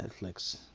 Netflix